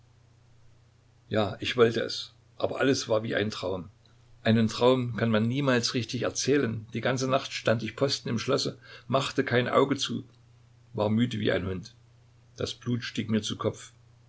ja ich wollte es aber alles war wie ein traum einen traum kann man niemals richtig erzählen die ganze nacht stand ich posten im schlosse machte kein auge zu war müde wie ein hund das blut stieg mir zu kopf